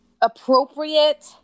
appropriate